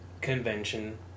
convention